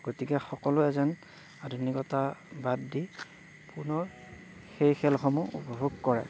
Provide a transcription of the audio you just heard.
গতিকে সকলোৱে যেন আধুনিকতা বাদ দি পুনৰ সেই খেলসমূহ উপভোগ কৰে